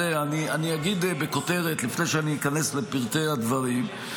אני אגיד בכותרת, לפני שאיכנס לפרטי הדברים,